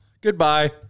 Goodbye